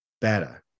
better